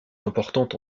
importante